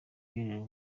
ujejwe